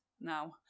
now